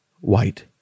white